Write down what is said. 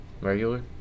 Regular